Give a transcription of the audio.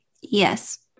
yes